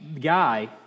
guy